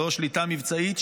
לא שליטה מבצעית,